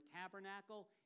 tabernacle